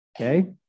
Okay